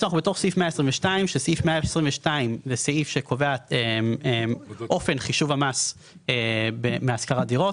סעיף 122 קובע את אופן חישוב המס בהשכרת דירות.